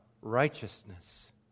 righteousness